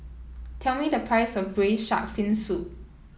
tell me the price of Braised Shark Fin Soup